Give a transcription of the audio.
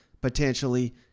potentially